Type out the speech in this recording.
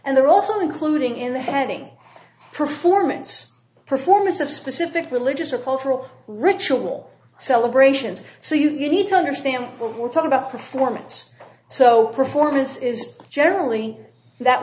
and they're also including in the heading performance performance of specific religious or cultural ritual celebrations so you need to understand what we're talking about performance so performance is generally that